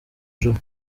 ijuru